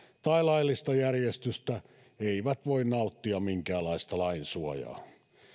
tai laillista järjestystä eivät voi nauttia minkäänlaista lainsuojaa